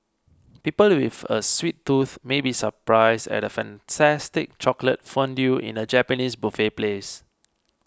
people with a sweet tooth may be surprised at a fantastic chocolate fondue in a Japanese buffet place